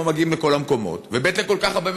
לא מגיעים לכל המקומות, וב.